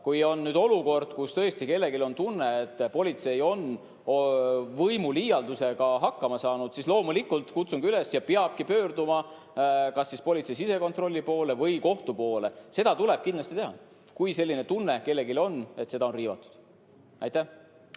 Kui on olukord, kus tõesti kellelgi on tunne, et politsei on võimuliialdusega hakkama saanud, siis loomulikult, kutsungi üles ja peabki pöörduma kas politsei sisekontrolli või kohtu poole. Seda tuleb kindlasti teha, kui selline tunne kellelgi on, et õigusi on riivatud. Nüüd